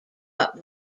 but